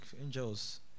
angels